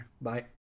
Bye